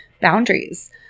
boundaries